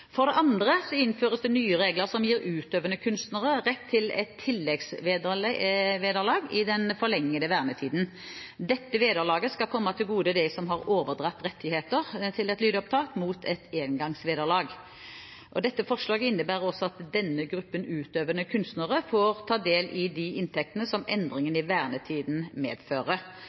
For det andre innføres det nye regler som gir utøvende kunstnere rett til et tilleggsvederlag i den forlengede vernetiden. Dette vederlaget skal komme til gode dem som har overdratt rettigheter til et lydopptak mot et engangsvederlag. Forslaget innebærer at også denne gruppen utøvende kunstnere får ta del i de inntektene som endringen i vernetiden medfører.